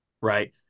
right